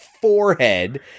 forehead